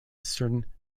certain